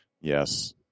yes